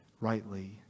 rightly